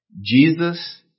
Jesus